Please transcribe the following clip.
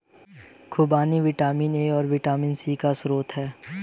खूबानी vitamin A और vitamin C का स्रोत है